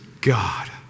God